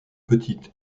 petite